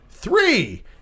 Three